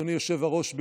אדוני היושב-ראש,